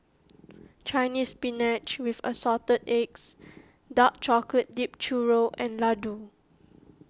Chinese Spinach with Assorted Eggs Dark Chocolate Dipped Churro and Laddu